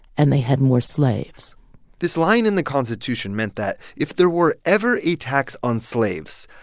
and they had more slaves this line in the constitution meant that if there were ever a tax on slaves,